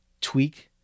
tweak